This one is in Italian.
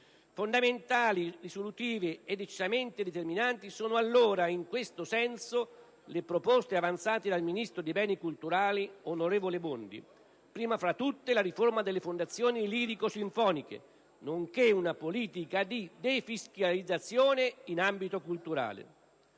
Fondamentali, risolutive e decisamente determinanti sono, allora, in questo senso, le proposte avanzate dal ministro dei beni culturali, onorevole Bondi; prima fra tutte, la riforma delle fondazioni lirico-sinfoniche, nonché una politica di defiscalizzazione in ambito culturale.